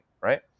right